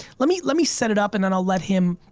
let me let me set it up and then i'll let him